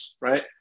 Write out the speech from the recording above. right